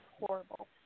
horrible